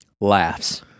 Laughs